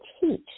teach